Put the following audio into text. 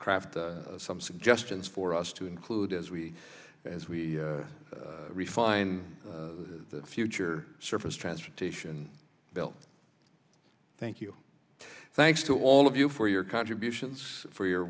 craft some suggestions for us to include as we as we refine the future surface transportation bill thank you thanks to all of you for your contributions for your